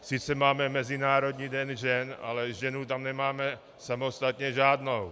Sice máme Mezinárodní den žen, ale ženu tam nemáme samostatně žádnou.